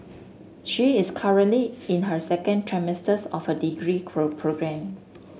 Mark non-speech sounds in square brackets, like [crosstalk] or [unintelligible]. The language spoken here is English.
she is currently in her second [unintelligible] of degree [unintelligible] program